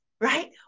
Right